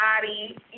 body